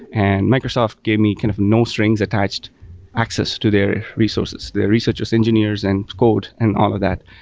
and microsoft gave me kind of no strings attached access to their resources. their researcher engineers and code and all of that,